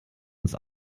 uns